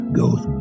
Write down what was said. goes